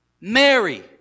Mary